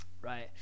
Right